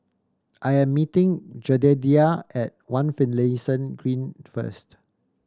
I am meeting Jedediah at One Finlayson Green first